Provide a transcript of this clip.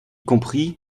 compris